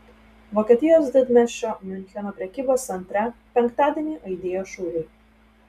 vokietijos didmiesčio miuncheno prekybos centre penktadienį aidėjo šūviai